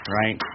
right